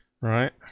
right